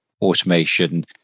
automation